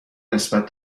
نسبت